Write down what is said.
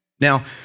Now